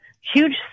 huge